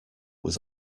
was